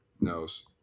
Knows